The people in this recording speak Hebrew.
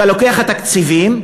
אתה לוקח את התקציבים,